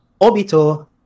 Obito